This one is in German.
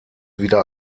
wieder